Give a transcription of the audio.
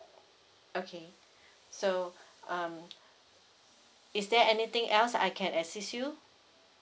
okay so um is there anything else I can assist you